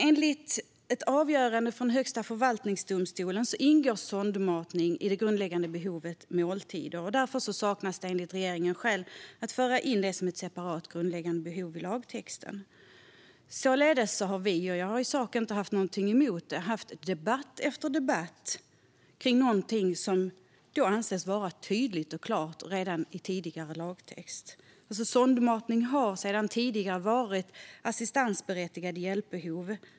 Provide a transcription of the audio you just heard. Enligt ett avgörande från Högsta förvaltningsdomstolen ingår sondmatning i det grundläggande behov som gäller måltider, och därför saknas det enligt regeringen skäl att föra in sondmatning som ett separat grundläggande behov i lagtexten. Således har vi - och jag har i sak inte haft någonting emot det - haft debatt efter debatt kring någonting som ansågs vara tydligt och klart redan i tidigare lagtext. Sondmatning har tidigare varit ett assistansberättigat hjälpbehov.